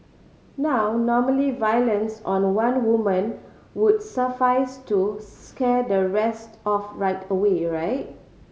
now normally violence on one woman would suffice to scare the rest off right away right